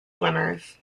swimmers